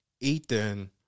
Ethan